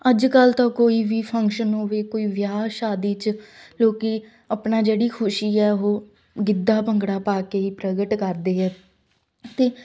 ਅੱਜ ਕੱਲ੍ਹ ਤਾਂ ਕੋਈ ਵੀ ਫੰਕਸ਼ਨ ਹੋਵੇ ਕੋਈ ਵਿਆਹ ਸ਼ਾਦੀ 'ਚ ਲੋਕ ਆਪਣਾ ਜਿਹੜੀ ਖੁਸ਼ੀ ਹੈ ਉਹ ਗਿੱਧਾ ਭੰਗੜਾ ਪਾ ਕੇ ਹੀ ਪ੍ਰਗਟ ਕਰਦੇ ਹੈ ਅਤੇ